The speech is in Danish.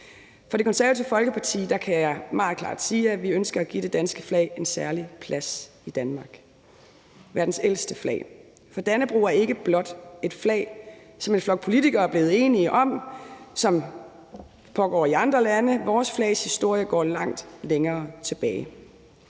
For Det Konservative Folkeparti kan jeg meget klart sige, at vi ønsker at give det danske flag, verdens ældste flag, en særlig plads i Danmark. For Dannebrog er ikke blot et flag, som en flok politikere er blevet enige om, som det har været i andre lande; vores flags historie går langt længere tilbage.